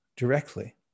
directly